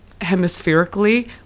hemispherically